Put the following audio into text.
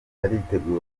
aritegura